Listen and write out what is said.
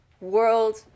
world